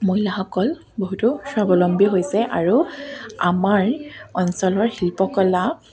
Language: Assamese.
মহিলাসকল বহুতো স্বাৱলম্বী হৈছে আৰু আমাৰ অঞ্চলৰ শিল্পকলা